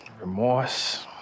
remorse